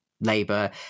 Labour